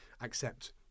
accept